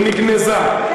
היא נגנזה.